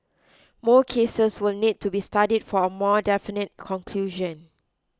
more cases will need to be studied for a more definite conclusion